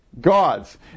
God's